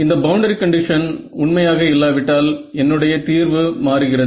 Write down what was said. இந்த boundary condition உண்மையாக இல்லா விட்டால் என்னுடைய தீர்வு மாறுகிறது